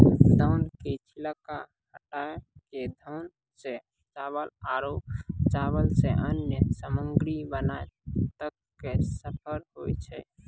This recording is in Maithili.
धान के छिलका हटाय कॅ धान सॅ चावल आरो चावल सॅ अन्य सामग्री बनाय तक के सफर होय छै